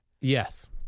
Yes